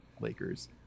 Lakers